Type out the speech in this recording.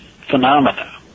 phenomena